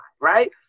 Right